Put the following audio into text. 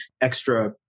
extra